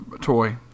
toy